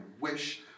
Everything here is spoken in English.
wish